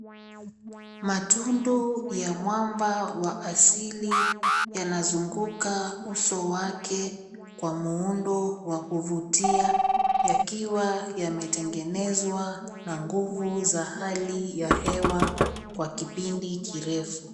Matundu ya mwamba wa asili yanazunguka uso wake kwa muundo wa kuvutia yakiwa yametengenezwa na nguvu za hali ya hewa kwa kipindi kirefu.